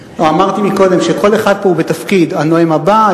אמרתי קודם שכל אחד פה הוא בתפקיד: הנואם הבא,